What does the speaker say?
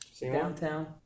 downtown